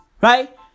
Right